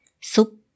soup